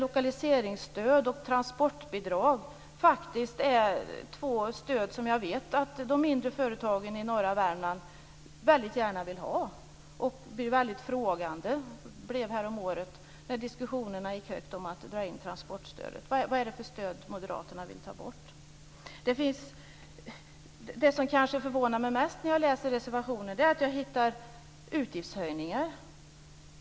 Lokaliseringsstöd och transportbidrag är två stöd som jag faktiskt vet att de mindre företagen i norra Värmland väldigt gärna vill ha. De blev väldigt frågande häromåret när diskussionerna gick höga om att dra in transportstödet. Vad är det för stöd Moderaterna vill ta bort? Det som kanske förvånar mig mest när jag läser reservationen är att jag hittar utgiftshöjningar.